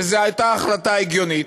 וזו הייתה החלטה הגיונית.